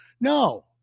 no